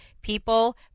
people